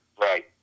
Right